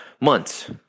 months